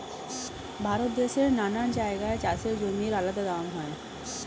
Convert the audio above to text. ভারত দেশের নানা জায়গায় চাষের জমির আলাদা দাম হয়